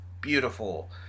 beautiful